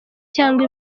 cyangwa